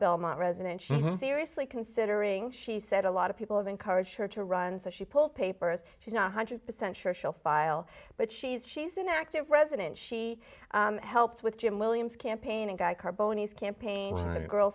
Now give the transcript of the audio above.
belmont resident she's seriously considering she said a lot of people have encouraged her to run so she pulled papers she's not hundred percent sure she'll file but she's she's an active resident she helped with jim williams campaign a guy carbone his campaign